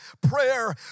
prayer